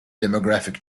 demographic